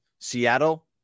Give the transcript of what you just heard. Seattle